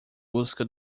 busca